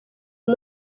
uyu